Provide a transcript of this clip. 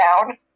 down